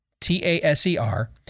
T-A-S-E-R